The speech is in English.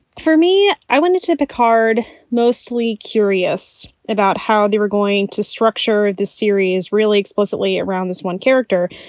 for me. i went to to picard mostly curious about how they were going to structure the series really explicitly around this one character.